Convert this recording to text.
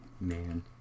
Man